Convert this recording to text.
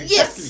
Yes